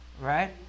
Right